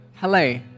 Hello